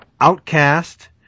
Outcast